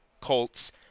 Colts